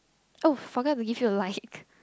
oh forgot to give you a like